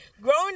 Growing